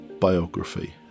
biography